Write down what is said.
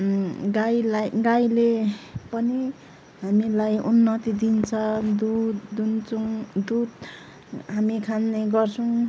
गाईलाई गाईले पनि हामीलाई उन्नति दिन्छ दुध दुहुन्छौँ दुध हामी खाने गर्छौँ